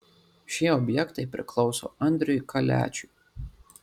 šie objektai priklauso andriui kaliačiui